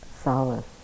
solace